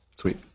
Sweet